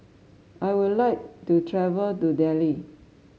I would like to travel to Dili